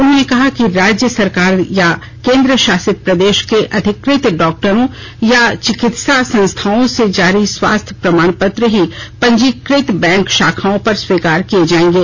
उन्होंने कहा कि राज्य सरकार या केंद्रशासित प्रदेश के अधिकृत डॉक्टरों या चिकित्सा संस्थाओं से जारी स्वास्थ्य प्रमाणपत्र ही पंजीकृत बैंक शाखाओं पर स्वीकार किए जाएंगे